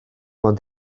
ond